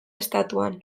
estatuan